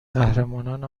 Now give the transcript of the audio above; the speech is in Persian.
قهرمانان